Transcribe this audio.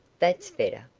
that's better.